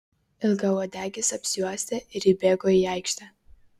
ilgauodegis apsiuostė ir įbėgo į aikštę